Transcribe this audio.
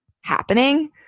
happening